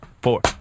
four